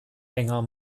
enger